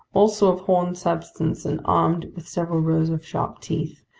also of horn substance and armed with several rows of sharp teeth,